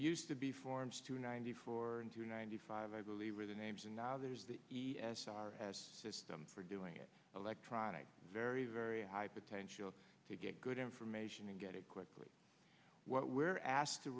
used to be forms two ninety four to ninety five i believe are the names and now there's the e s r s system for doing it electronic very very high potential to get good information and get it quickly what we're asked to